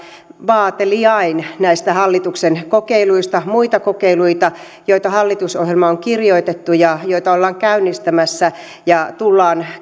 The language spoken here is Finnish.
vaateliain näistä hallituksen kokeiluista muita kokeiluita joita hallitusohjelmaan on kirjoitettu ja joita ollaan käynnistämässä ja tullaan